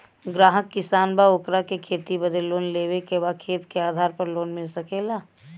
ग्राहक किसान बा ओकरा के खेती बदे लोन लेवे के बा खेत के आधार पर लोन मिल सके ला?